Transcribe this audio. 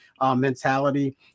mentality